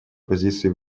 позиции